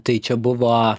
tai čia buvo